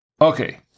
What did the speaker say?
Okay